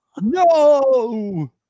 No